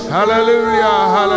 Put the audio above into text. Hallelujah